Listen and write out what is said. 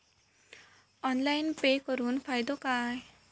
Online pay करुन फायदो काय?